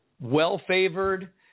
well-favored